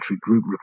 group